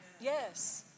Yes